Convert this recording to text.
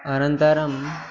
अनन्तरम्